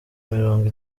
mirongo